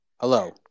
Hello